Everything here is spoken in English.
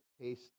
paste